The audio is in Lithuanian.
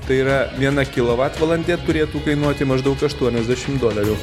tai yra viena kilovatvalandė turėtų kainuoti maždaug aštuoniasdešim dolerių